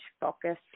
focus